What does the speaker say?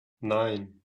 nein